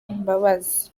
imbabazi